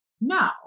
No